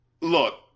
Look